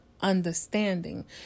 understanding